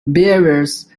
bearers